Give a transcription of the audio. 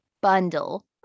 bundle